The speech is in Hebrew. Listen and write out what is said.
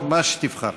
מה שתבחר.